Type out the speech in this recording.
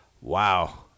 wow